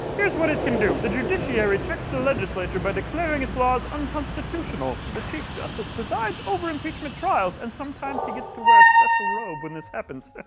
here's what it can do the judiciary checks the legislature by declaring its laws unconstitutional. the chief justice presides over impeachment trials, and sometimes he gets to wear a special robe when this happens.